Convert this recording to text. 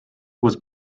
was